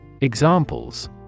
Examples